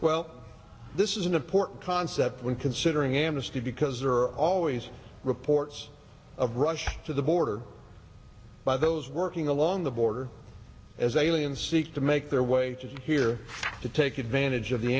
well this is an important concept when considering amnesty because there are always reports of rush to the border by those working along the border as aliens seek to make their way to here to take advantage of the